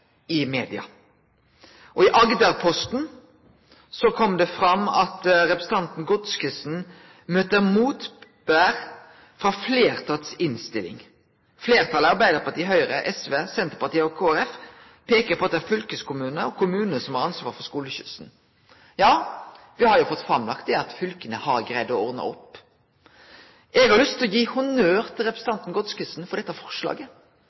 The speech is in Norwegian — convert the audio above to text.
i media. I Agderposten kom det fram at representanten Godskesen møtte motbør i innstillinga frå fleirtalet. Fleirtalet, Arbeidarpartiet, Høgre, Sosialistisk Venstreparti og Kristeleg Folkeparti, peiker på at det er fylkeskommunane og kommunane som har ansvaret for skoleskyssen. Ja, me har fått framlagt at fylka har greidd å ordne opp. Eg har lyst til å gi honnør til representanten Godskesen for dette forslaget,